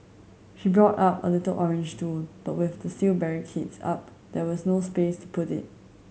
she brought a a little orange stool but with the steel barricades up there was no space to put it